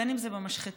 בין שזה במשחטות,